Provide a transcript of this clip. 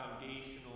foundational